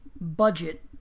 budget